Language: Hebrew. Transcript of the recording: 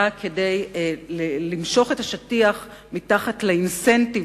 באה כדי למשוך את השטיח מתחת לאינסנטיב